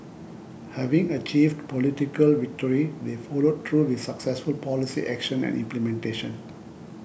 having achieved political victory they followed through with successful policy action and implementation